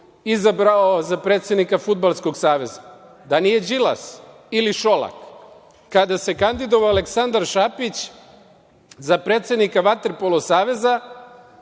izabrao za predsednika Fudbalskog saveza? Da nije Đilas ili Šolak? Kada se kandidovao Aleksandar Šapić za predsednika Vaterpola saveza